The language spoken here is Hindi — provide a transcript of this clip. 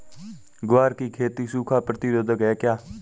ग्वार की खेती सूखा प्रतीरोधक है क्या?